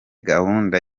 gahunda